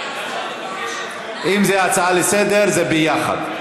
--- אם זה הצעה לסדר-היום, זה ביחד.